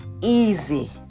easy